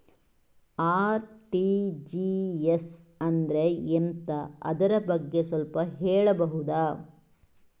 RTGS ಅಂದ್ರೆ ಎಂತ ಅದರ ಬಗ್ಗೆ ಸ್ವಲ್ಪ ಹೇಳಬಹುದ?